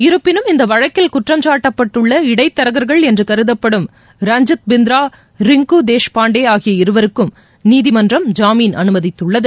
இருப்பினும் இந்த வழக்கில் குற்றம் சாட்டப்பட்டுள்ள இடைத்தரகர்கள் என்று கருதப்படும் ரஞ்சித் பிந்த்ரா ரிங்கு தேஷ் பாண்டே ஆகிய இருவருக்கும் நீதிமன்றம் ஜாமீன் அனுமதித்துள்ளது